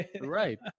Right